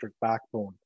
backbone